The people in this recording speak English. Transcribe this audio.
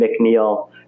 McNeil